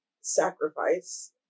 sacrifice